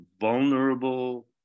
vulnerable